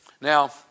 Now